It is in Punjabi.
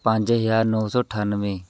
ਪੰਜ ਹਜ਼ਾਰ ਨੌ ਸੌ ਅਠਾਨਵੇਂ